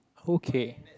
okay